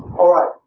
alright,